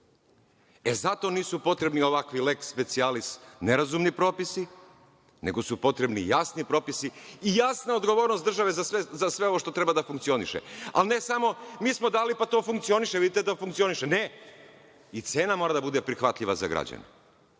nisu potrebni ovakvi leks specijalis nerazumni propisi, nego su potrebni jasni propisi i jasna odgovornost države za sve ovo što treba da funkcioniše. Ne samo – mi smo dali, pa to funkcioniše, vidite da funkcioniše. Ne, i cena mora da bude prihvatljiva za građane.